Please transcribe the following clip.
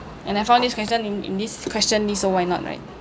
and I found this question in in this question list so why not right